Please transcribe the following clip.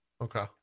Okay